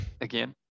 Again